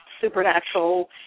supernatural